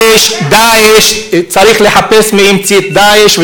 "דאעש" צריך לחפש מי המציא את "דאעש",